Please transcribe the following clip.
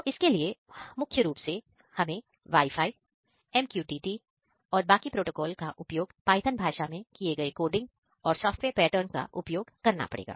तो इसके लिए हम मुख्य रूप से वाई फाई MQTT और बाकी प्रोटोकोल का उपयोग पाइथन भाषा में किए गए कोडिंग और सॉफ्टवेयर पैटर्न का उपयोग कर रहे हैं